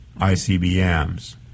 ICBMs